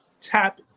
tap